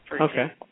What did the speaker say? okay